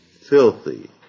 filthy